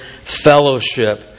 fellowship